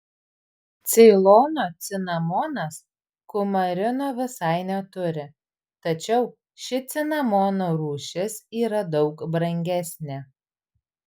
ceilono cinamonas kumarino visai neturi tačiau ši cinamono rūšis yra daug brangesnė